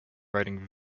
writing